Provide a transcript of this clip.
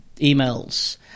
emails